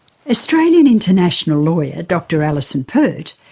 australian international lawyer, dr alison pert,